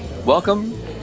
Welcome